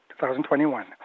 2021